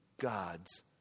God's